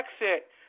exit